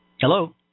hello